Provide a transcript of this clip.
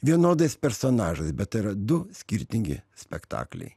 vienodais personažais bet yra du skirtingi spektakliai